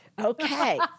Okay